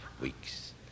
weeks